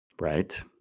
Right